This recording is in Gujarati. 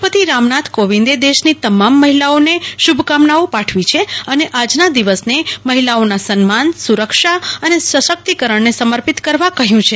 રાષ્ટ્રપતિ રામનાથ કોવિંદે દેશની તમામ મહિલા નો શુભકામનાઓ પાઠવી છે અને આજના દિવસને મહિલાઓના સન્માન સુરક્ષા અને સશક્તિકરણને સમર્પિત કરવા કહ્યું છે